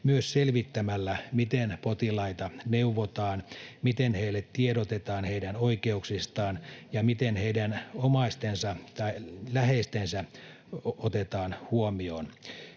myös selvittämällä, miten potilaita neuvotaan, miten heille tiedotetaan heidän oikeuksistaan ja miten heidän omaisensa tai läheisensä otetaan huomioon,